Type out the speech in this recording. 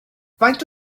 faint